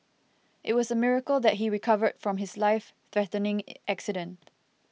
it was a miracle that he recovered from his life threatening accident